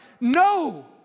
No